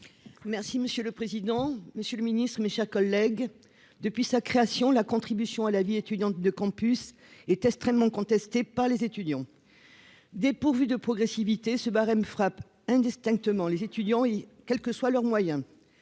Merci monsieur le président, Monsieur le Ministre, mes chers collègues, depuis sa création, la contribution à la vie étudiante de Campus est extrêmement contestée par les étudiants dépourvu de progressivité ce barème frappent indistinctement les étudiants, quelles que soient leurs moyens,